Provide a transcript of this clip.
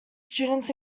students